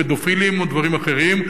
פדופילים או דברים אחרים,